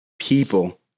people